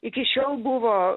iki šiol buvo